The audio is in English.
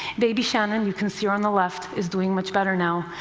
baby shannon you can see her on the left is doing much better now,